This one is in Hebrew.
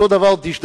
באותו אופן דשדשתם,